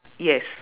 yes